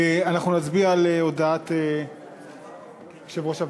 אנחנו נצביע על הודעת יושב-ראש הוועדה.